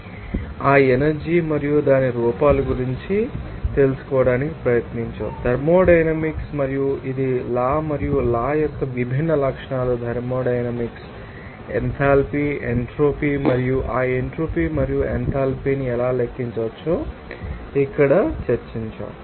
ఇప్పుడు ఈ ఉపన్యాసంలో ఆ ఎనర్జీ మరియు దాని రూపాల గురించి మరింత తెలుసుకోవడానికి ప్రయత్నిస్తుంది థర్మోడైనమిక్స్ మరియు ఇది లా మరియు లా యొక్క విభిన్న లక్షణాలు థర్మోడైనమిక్స్ ఎథాల్పీ ఎంట్రోపీ మరియు ఆ ఎంట్రోపీ మరియు ఎంథాల్పీని ఎలా లెక్కించవచ్చో ఇక్కడ చర్చించబడాలి